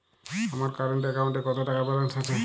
আমার কারেন্ট অ্যাকাউন্টে কত টাকা ব্যালেন্স আছে?